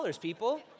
people